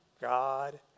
God